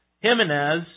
Jimenez